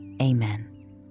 amen